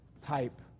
type